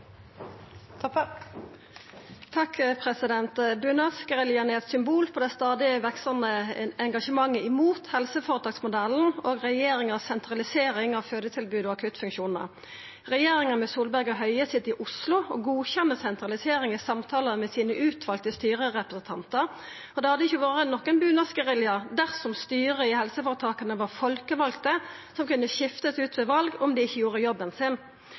Toppe – til oppfølgingsspørsmål. Bunadsgeriljaen er eit symbol på det stadig veksande engasjementet imot helseføretaksmodellen og regjeringa si sentralisering av fødetilbod og akuttfunksjonar. Regjeringa, ved Solberg og Høie, sit i Oslo og godkjenner sentralisering i samtalar med dei utvalde styrerepresentantane sine. Det hadde ikkje vore nokon bunadsgerilja dersom styra i helseføretaka var folkevalde, som kunne skiftast ut ved val om dei ikkje gjorde jobben sin.